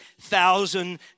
thousand